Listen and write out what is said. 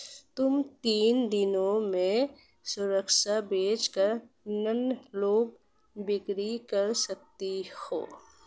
तुम तीन दिनों में सुरक्षा बेच कर नग्न लघु बिक्री कर सकती हो